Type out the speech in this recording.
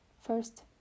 First